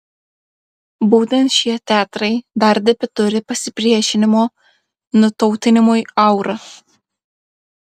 būtent šie teatrai dar tebeturi pasipriešinimo nutautinimui aurą